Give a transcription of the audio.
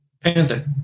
Panther